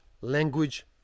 language